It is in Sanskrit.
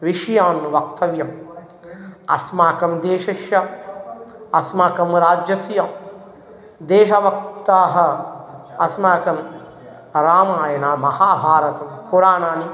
विषयान् वक्तव्यम् अस्माकं देशस्य अस्माकं राज्यस्य देशभक्ताः अस्माकं रामायणमहाभारतं पुराणानि